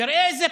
וראה זה פלא: